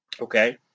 Okay